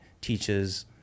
teaches